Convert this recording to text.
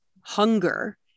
hunger